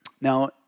Now